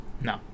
No